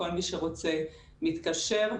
כל מי שרוצה מתקשר,